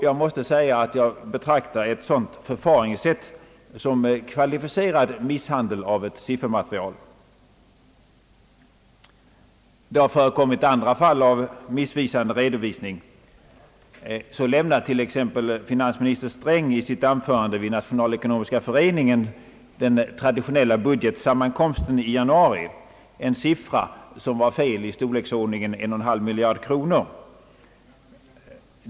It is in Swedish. Jag betraktar ett sådant förfaringssätt som kvalificerad misshandel av ett siffermaterial. Andra fall av missvisande redovisning har också förekommit. Så lämnade t.ex. finansminister Sträng i sitt anförande vid Nationalekonomiska föreningens traditionella budgetsammankomst i januari en siffra, som var fel i storleksordningen med en och en halv miljard kronor.